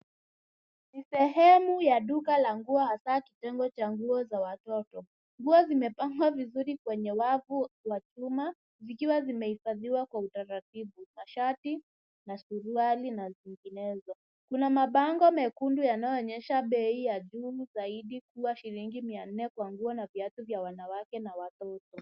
Ni sehemu ya duka la nguo hasa kitengo cha nguo za watoto. Nguo zimepangwa vizuri kwenye wavu wa chuma, zikiwa zimehifadhiwa kwa utaratibu. Mashati na suruali na zinginezo. Kuna mabango mekundu yanayoonyesha bei ya juu zaidi kuwa shilingi 400 kwa nguo na viatu vya wanawake na watoto.